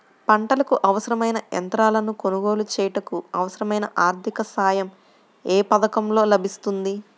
పంటకు అవసరమైన యంత్రాలను కొనగోలు చేయుటకు, అవసరమైన ఆర్థిక సాయం యే పథకంలో లభిస్తుంది?